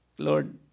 lord